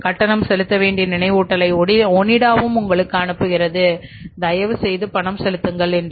கட்டணம் செலுத்த வேண்டிய நினைவூட்டலை ஒனிடா உங்களுக்கு அனுப்புகிறது தயவுசெய்து பணம் செலுத்துங்கள் என்று